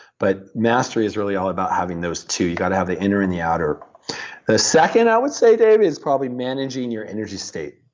but mastery is really all about having those two you've got to have the inner and the outer the second, i would say, dave, is probably managing your energy state,